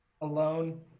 alone